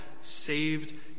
saved